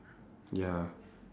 ya